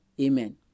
Amen